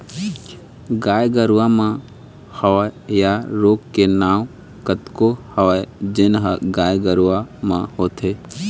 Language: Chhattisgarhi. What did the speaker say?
गाय गरूवा म होवइया रोग के नांव कतको हवय जेन ह गाय गरुवा म होथे